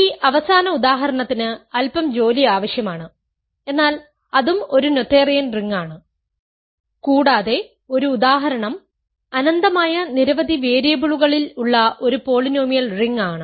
ഈ അവസാന ഉദാഹരണത്തിന് അൽപ്പം ജോലി ആവശ്യമാണ് എന്നാൽ അതും ഒരു നോഥേറിയൻ റിംഗ് ആണ് കൂടാതെ ഒരു ഉദാഹരണം അനന്തമായ നിരവധി വേരിയബിളുകളിൽ ഉള്ള ഒരു പോളിനോമിയൽ റിംഗ് ആണ്